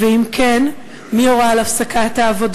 2. אם כן, מי הורה על הפסקת העבודות?